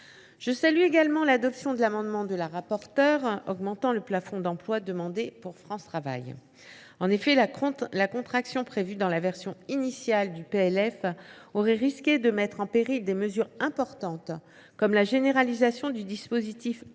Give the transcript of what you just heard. des affaires sociales de l’amendement de la rapporteure pour avis visant à augmenter le plafond d’emplois demandé pour France Travail. En effet, la contraction prévue dans la version initiale du PLF aurait risqué de mettre en péril des mesures importantes, comme la généralisation du dispositif